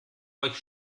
euch